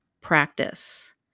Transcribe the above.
practice